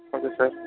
okay sir